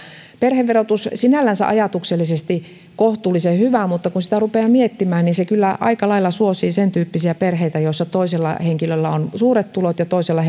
perheverotus sinällänsä on ajatuksellisesti kohtuullisen hyvä mutta kun sitä rupeaa miettimään niin se kyllä aika lailla suosii sentyyppisiä perheitä joissa toisella henkilöllä on suuret tulot ja toisella